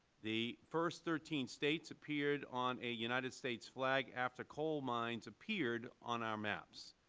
the first thirteen states appeared on a united states flag after coal mines appeared on our maps.